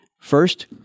First